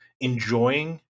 enjoying